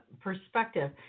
perspective